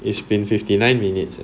it's been fifty nine minutes